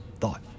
thought